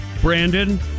Brandon